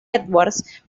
edwards